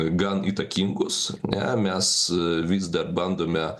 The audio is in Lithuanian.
gan įtakingos ane mes vis dar bandome